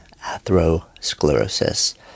atherosclerosis